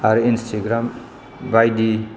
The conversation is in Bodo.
आरो इन्सथाग्राम बायदि